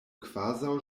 kvazaŭ